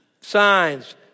signs